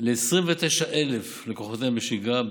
ל-29,000 לקוחותיהם בשגרה,